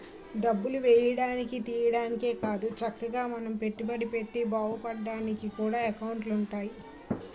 డబ్బులు ఎయ్యడానికి, తియ్యడానికే కాదు చక్కగా మనం పెట్టుబడి పెట్టి బావుపడ్డానికి కూడా ఎకౌంటులు ఉంటాయి